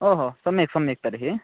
ओहो सम्यक् सम्यक् तर्हि